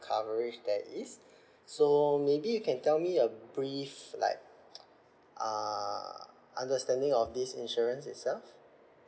coverage there is so maybe you can tell me a brief like uh understanding of this insurance itself